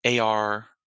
AR